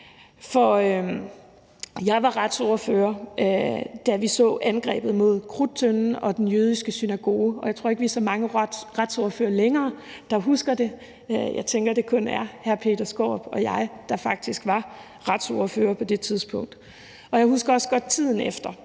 Jeg var retsordfører, da vi så angrebet mod Krudttønden og den jødiske synagoge. Jeg tror ikke, vi er så mange retsordførere længere, der husker det. Jeg tænker, at det kun er hr. Peter Skaarup og mig, der faktisk var retsordførere på det tidspunkt. Jeg husker også godt tiden efter,